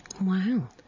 wow